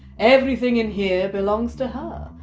everything in here belongs to her,